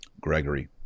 Gregory